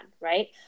right